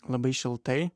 labai šiltai